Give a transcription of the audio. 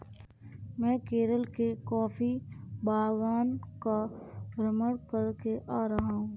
मैं केरल के कॉफी बागान का भ्रमण करके आ रहा हूं